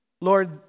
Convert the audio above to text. Lord